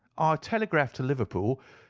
telegraphed to liverpool,